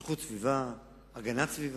איכות הסביבה, הגנת הסביבה,